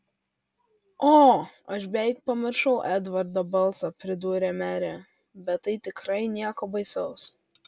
o aš beveik pamiršau edvardo balsą pridūrė merė bet tai tikrai nieko baisaus